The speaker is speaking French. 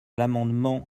l’amendement